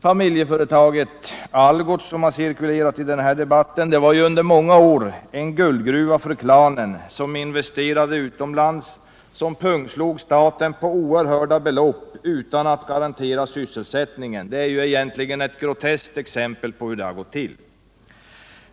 Familjeföretaget Algots, som har cirkulerat i denna debatt, var under många år en guldgruva för klanen. Man har investerat utomlands och pungslagit staten på oerhörda belopp utan att garantera sysselsättningen. Det är ett groteskt exempel på hur det gått till.